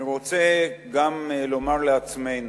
אני רוצה גם לומר לעצמנו,